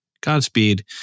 Godspeed